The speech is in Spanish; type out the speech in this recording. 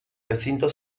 recinto